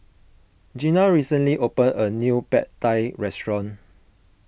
Jeanna recently opened a new Pad Thai restaurant